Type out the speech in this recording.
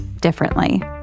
differently